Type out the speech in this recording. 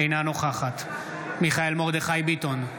אינה נוכחת מיכאל מרדכי ביטון,